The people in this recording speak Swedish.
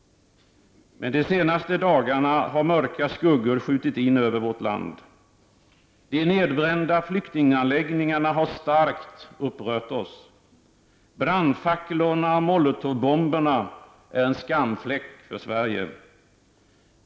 Men de senaste dagarna har mörka skuggor skjutit in över vårt land. De nedbrända flyktinganläggningarna har starkt upprört oss. Brandfacklorna och molotovbomberna är en skamfläck för Sverige.